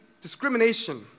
discrimination